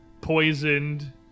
poisoned